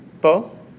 Bo